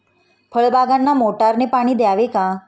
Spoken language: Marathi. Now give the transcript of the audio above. फळबागांना मोटारने पाणी द्यावे का?